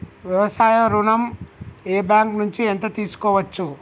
వ్యవసాయ ఋణం ఏ బ్యాంక్ నుంచి ఎంత తీసుకోవచ్చు?